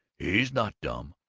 he's not dumb,